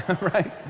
right